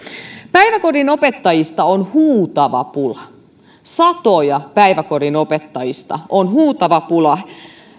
päiväkodin opettajista on huutava pula sadoista päiväkodin opettajista on huutava pula